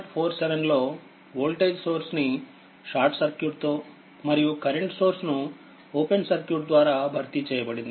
47 లో voltage source ని short circuit తో మరియు కరెంట్ సోర్స్ ను ఓపెన్ సర్క్యూట్ ద్వారా భర్తీ చేయబడింది